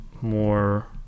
more